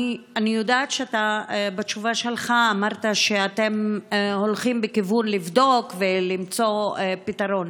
אני יודעת שבתשובה שלך אמרת שאתם הולכים בכיוון של לבדוק ולמצוא פתרון.